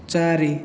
ଚାରି